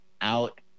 out